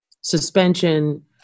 suspension